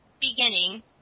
beginning